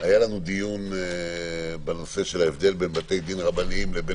היה לנו דיון בנושא ההבדל בין בתי דין רבניים לבין